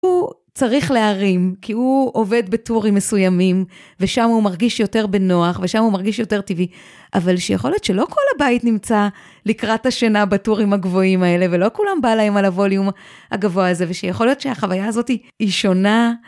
הוא צריך להרים כי הוא עובד בטורים מסוימים ושם הוא מרגיש יותר בנוח ושם הוא מרגיש יותר טבעי אבל שיכול להיות שלא כל הבית נמצא לקראת השינה בטורים הגבוהים האלה ולא כולם בא להם על הווליום הגבוה הזה ושיכול להיות שהחוויה הזאת היא שונה.